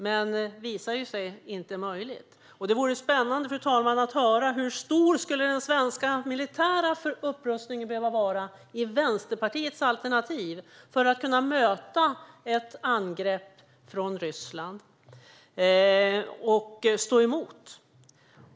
Men det visade sig att det inte var möjligt. Det vore spännande att höra hur stor den svenska militära upprustningen skulle behöva vara enligt Vänsterpartiet för att vi ska kunna möta och stå emot ett angrepp från Ryssland. Fru talman!